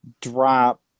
drop